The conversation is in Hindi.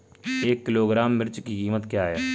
एक किलोग्राम मिर्च की कीमत क्या है?